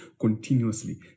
continuously